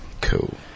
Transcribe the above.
Cool